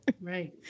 right